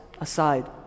aside